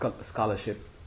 scholarship